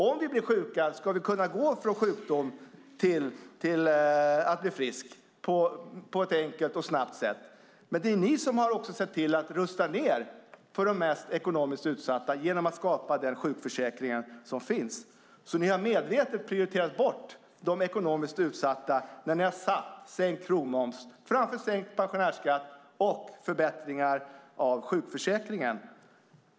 Om vi blir sjuka ska vi kunna gå från sjukdom till att bli friska på ett enkelt och snabbt sätt. Det är också ni som har sett till att rusta ned för de ekonomiskt mest utsatta genom att skapa den sjukförsäkring som finns. Ni har alltså medvetet prioriterat bort de ekonomiskt utsatta när ni har satt sänkt krogmoms framför sänkt pensionärsskatt och förbättringar av sjukförsäkringen.